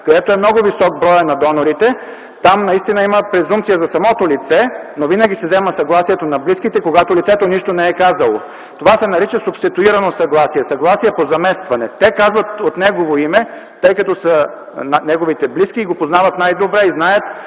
където броят на донорите е много висок, наистина има презумпция за самото лице, но винаги се взема съгласието на близките, когато лицето нищо не е казало. Това се нарича субституирано съгласие – съгласие по заместване. Те казват от негово име, тъй като те са неговите близки, познават го най-добре и знаят